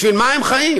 בשביל מה הם חיים.